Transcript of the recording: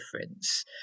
difference